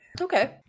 okay